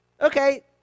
Okay